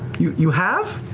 you you have?